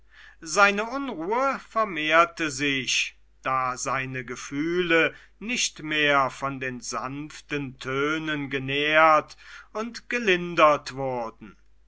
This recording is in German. seine unruhe vermehrte sich da seine gefühle nicht mehr von den sanften tönen genährt und gelindert wurden